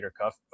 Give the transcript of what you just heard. cuff